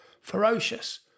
ferocious